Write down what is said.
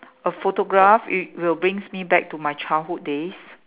a photograph y~ will bring my back to my childhood days